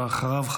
ואחריו,